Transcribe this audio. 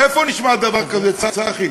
איפה נשמע דבר כזה, צחי?